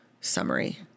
summary